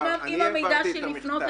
אני העברתי את המכתב.